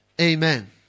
Amen